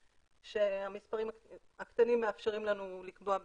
שהמספרים הקטנים מאפשרים לנו לקבוע בוודאות,